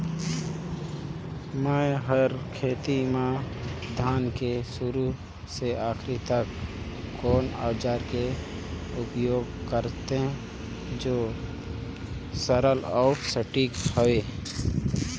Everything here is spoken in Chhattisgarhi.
मै हर खेती म धान के शुरू से आखिरी तक कोन औजार के उपयोग करते जो सरल अउ सटीक हवे?